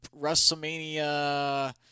WrestleMania